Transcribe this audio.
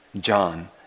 John